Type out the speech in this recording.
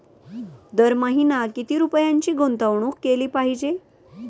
दर महिना किती रुपयांची गुंतवणूक केली पाहिजे?